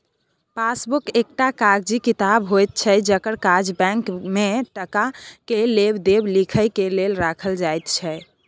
passbook एकटा कागजी किताब होइत छै जकर काज बैंक में टका के लेब देब लिखे के लेल राखल जाइत छै